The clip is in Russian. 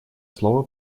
слово